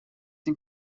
een